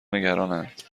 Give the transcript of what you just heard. نگرانند